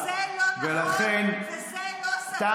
זה לא נכון וזה לא סביר.